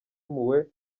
impuhwe